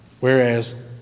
Whereas